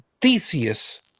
Theseus